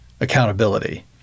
accountability